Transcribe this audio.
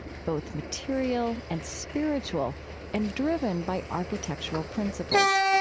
both material and spiritual and driven by architectural principles.